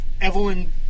Evelyn